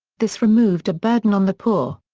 this removed a burden on the poor.